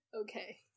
Okay